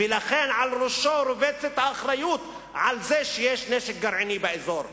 ולכן על ראשו רובצת האחריות לזה שיש נשק גרעיני באזור.